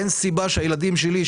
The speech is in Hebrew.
אין סיבה שהילדים שלי,